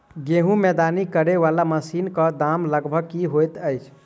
गेंहूँ दौनी करै वला मशीन कऽ दाम लगभग की होइत अछि?